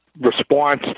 response